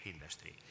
industry